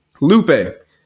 Lupe